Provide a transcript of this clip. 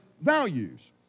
values